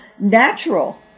natural